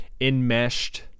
enmeshed